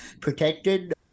protected